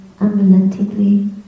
unrelentingly